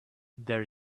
there